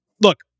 Look